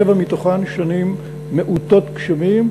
שבע מהן היו שנים מעוטות גשמים,